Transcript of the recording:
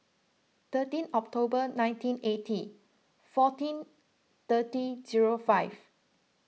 thirteen October nineteen eighty fourteen thirty zero five